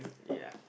ya